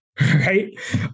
Right